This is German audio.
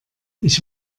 ich